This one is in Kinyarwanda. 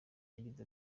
yagize